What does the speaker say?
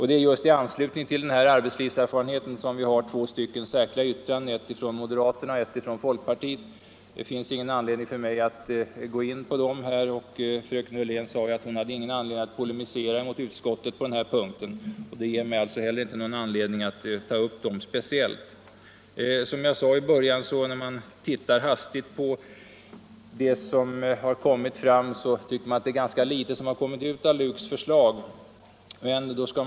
Det är just i anslutning till denna punkt som vi har två särskilda yttranden, ett från moderaterna och ett från folkpartiet. Det finns ingen anledning för mig att gå in på dem. Fröken Hörlén sade att hon inte hade någon anledning att polemisera mot utskottet på denna punkt. Och det ger inte mig någon anledning att ta upp den speciellt. När man tittar hastigt på vad som nu föreslagits tycker man, som jag sade i början att det är ganska litet som kommit ut av lärarutbildningskommitténs förslag.